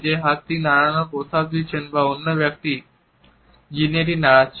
যে হাতটি নাড়ানোর প্রস্তাব দিচ্ছেন বা অন্য ব্যক্তি যিনি এটি নাড়াচ্ছেন